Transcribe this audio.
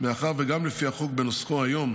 מאחר שגם לפי החוק בנוסחו היום,